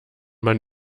man